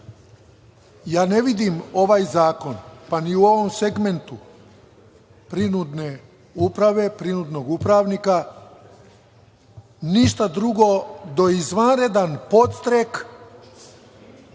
vidim ovaj zakon, pa ni u ovom segmentu prinudne uprave prinudnog upravnika ništa drugo do izvanrednog podstreka